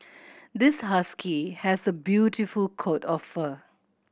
this husky has a beautiful coat of fur